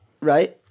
right